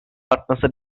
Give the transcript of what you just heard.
artması